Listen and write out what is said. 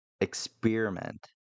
experiment